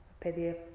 pedir